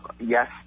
Yes